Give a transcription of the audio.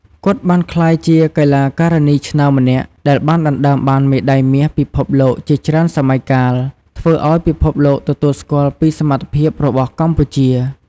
គាត់បានក្លាយជាកីឡាការិនីឆ្នើមម្នាក់ ដែលបានដណ្ដើមបានមេដៃមាសពិភពលោកជាច្រើនសម័យកាល ធ្វើឱ្យពិភពលោកទទួលស្គាល់ពីសមត្ថភាពរបស់កម្ពុជា។